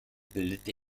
bildete